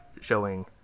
showing